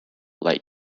let